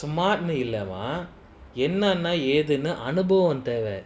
smart nu இல்லமாஎன்னனாஎதுன்னுஅனுபவம்தேவ:illama ennana edhunu anubavam theva